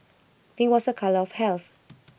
pink was A colour of health